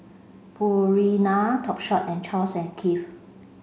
Purina Topshop and Charles and Keith